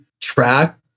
track